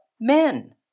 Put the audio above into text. men